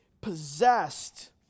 possessed